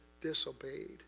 disobeyed